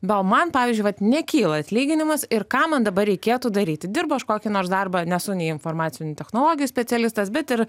bet man pavyzdžiui vat nekyla atlyginimas ir ką man dabar reikėtų daryti dirbu aš kokį nors darbą nesu nei informacinių technologijų specialistas bet ir